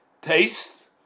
Taste